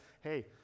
Hey